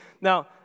Now